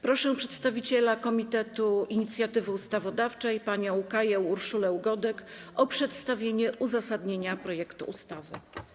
Proszę przedstawiciela Komitetu Inicjatywy Ustawodawczej panią Kaję Urszulę Godek o przedstawienie uzasadnienia projektu ustawy.